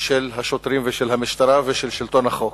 של השוטרים, של המשטרה ושל שלטון החוק.